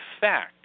fact